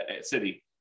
city